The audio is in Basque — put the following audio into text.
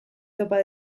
topa